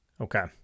okay